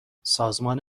سازمان